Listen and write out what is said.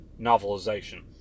novelization